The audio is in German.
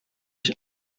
ich